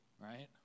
right